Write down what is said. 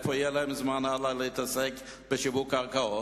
איך יהיה להם זמן להתעסק בשיווק קרקעות?